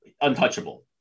untouchable